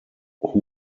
who